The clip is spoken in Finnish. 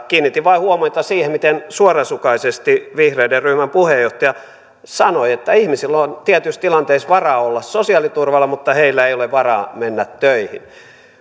kiinnitin vain huomiota siihen miten suorasukaisesti vihreiden ryhmän puheenjohtaja sanoi että ihmisillä on tietyissä tilanteissa varaa olla sosiaaliturvalla mutta heillä ei ole varaa mennä töihin